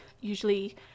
usually